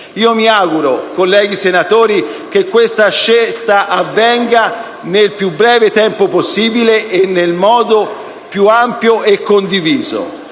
Mi auguro, colleghi senatori, che questa scelta avvenga nel più breve tempo possibile e nel modo più ampio e condiviso.